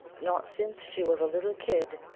not since she was a little kid,